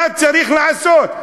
מה צריך לעשות?